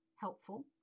helpful